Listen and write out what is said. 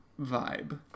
vibe